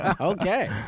Okay